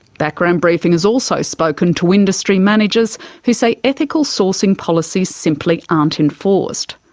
background briefing has also spoken to industry managers who say ethical sourcing policies simply aren't enforced.